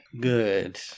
good